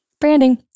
Branding